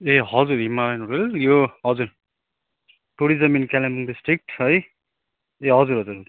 ए हजुर Himalayan wheel यो हजुर टुरिज्म इन कालिम्पोङ डिस्ट्रिक है ए हजुर हजुर